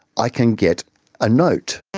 i can get a note,